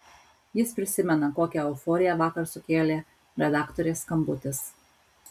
jis prisimena kokią euforiją vakar sukėlė redaktorės skambutis